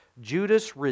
Judas